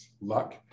luck